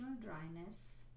dryness